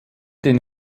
den